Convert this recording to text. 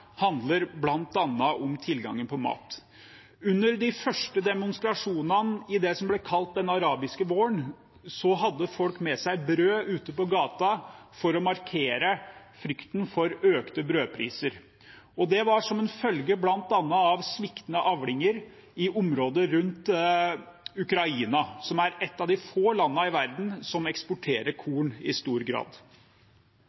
handler bl.a. om tilgangen på mat. Under de første demonstrasjonene i det som ble kalt den arabiske våren, hadde folk med seg brød ut på gata for å markere frykten for økte brødpriser, og det var som en følge av bl.a. sviktende avlinger i området rundt Ukraina, som er et av de få landene i verden som eksporterer